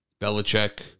Belichick